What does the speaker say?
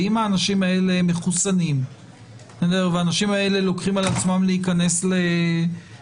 אם האנשים האלה מחוסנים ולוקחים על עצמם להיכנס לבידוד,